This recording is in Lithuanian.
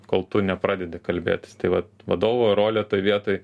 kol tu nepradedi kalbėtis tai vat vadovo rolė toj vietoj